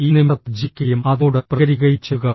ഈ നിമിഷത്തിൽ ജീവിക്കുകയും അതിനോടു പ്രതികരിക്കുകയും ചെയ്യുക